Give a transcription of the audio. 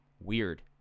weird